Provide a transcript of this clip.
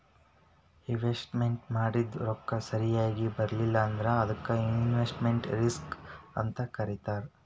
investment ಮಾಡಿದ್ ರೊಕ್ಕ ಸರಿಯಾಗ್ ಬರ್ಲಿಲ್ಲಾ ಅಂದ್ರ ಅದಕ್ಕ ಇನ್ವೆಸ್ಟ್ಮೆಟ್ ರಿಸ್ಕ್ ಅಂತ್ ಕರೇತಾರ